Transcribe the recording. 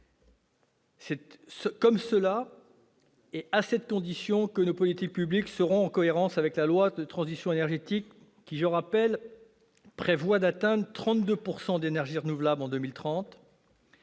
C'est à cette condition que nos politiques publiques seront en cohérence avec la loi de transition énergétique, qui prévoit, je le rappelle, d'atteindre 32 % d'énergies renouvelables en 2030